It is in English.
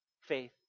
faith